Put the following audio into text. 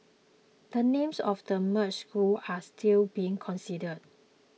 the names of the merged schools are still being considered